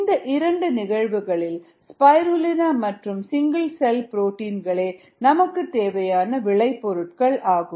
இந்த 2 நிகழ்வுகளில் ஸ்பைருலினா மற்றும் சிங்கிள் செல் புரோட்டின்களேநமக்கு தேவையான விளை பொருட்கள் ஆகும்